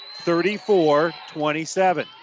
34-27